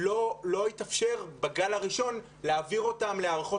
לא התאפשר בגל הראשון להעביר אותם להערכות